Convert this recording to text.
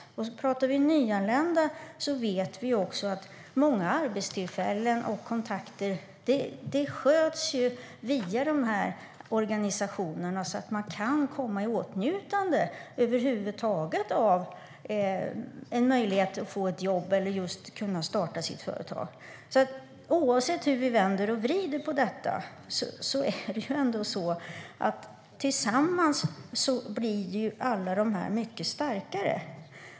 Om vi talar om nyanlända vet vi att många arbetstillfällen och kontakter sköts via dessa organisationer, så att dessa personer över huvud taget ska kunna få ett jobb eller kunna starta ett företag. Oavsett hur vi vänder och vrider på detta blir alla dessa tillsammans mycket starkare.